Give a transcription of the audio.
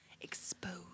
exposed